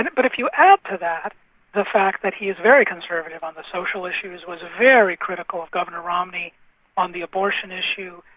and but if you add to that the fact that he's very conservative on the social issues, was very critical of governor romney on the abortion issue,